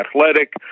athletic